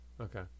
Okay